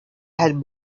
had